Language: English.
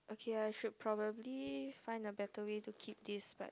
okay I should probably find a better way to keep this but